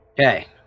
Okay